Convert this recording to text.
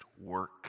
work